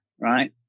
right